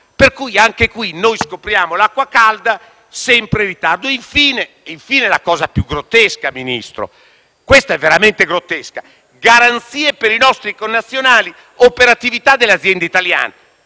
Per cui, anche qui, noi scopriamo l'acqua calda, sempre in ritardo. Infine, vi è l'aspetto più grottesco, signor Ministro, veramente grottesco: garanzie per i nostri connazionali e operatività delle aziende italiane.